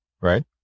right